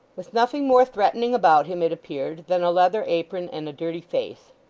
with nothing more threatening about him, it appeared, than a leather apron and a dirty face.